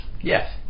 Yes